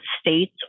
states